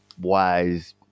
wise